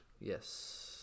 yes